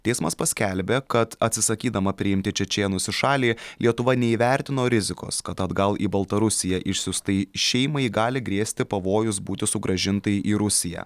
teismas paskelbė kad atsisakydama priimti čečėnus į šalį lietuva neįvertino rizikos kad atgal į baltarusiją išsiųstai šeimai gali grėsti pavojus būti sugrąžintai į rusiją